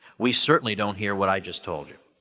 we certainly don't hear what i just told you.